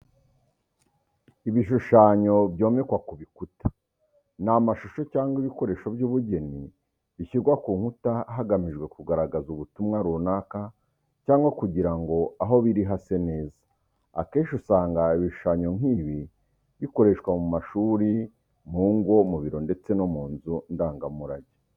Ibishushanyo byomekwa ku bikuta, ni amashusho cyangwa ibikoresho by'ubugeni bishyirwa ku nkuta hagamijwe kugaragaza ubutumwa runaka cyangwa kugira ngo aho biri hase neza. Akenshi usanga ibishushanyo nk'ibi bikoreshwa mu mashuri, mu ngo, mu biro ndetse no mu nzu ndangamurage.